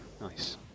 Nice